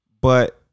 but-